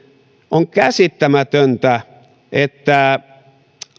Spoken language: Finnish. on käsittämätöntä että